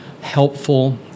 helpful